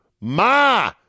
Ma